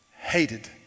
hated